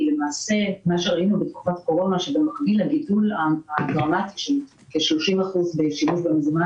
כי ראינו בתקופת הקורונה שבמקביל לגידול הדרמטי של כ-30% בשימוש במזומן